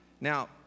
Now